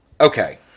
Okay